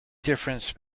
difference